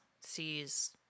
sees